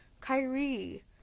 Kyrie